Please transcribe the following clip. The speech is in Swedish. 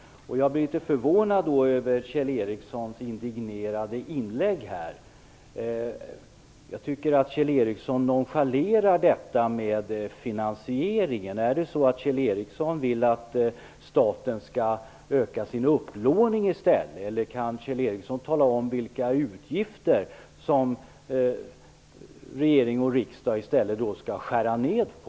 Jag blir litet förvånad över Kjell Ericssons indignerade inlägg. Jag tycker att Kjell Ericsson nonchalerar frågan om finansieringen. Är det så att Kjell Ericsson vill att staten skall öka sin upplåning, eller kan Kjell Ericsson tala om vilka utgifter som regering och riksdag skall skära ned på?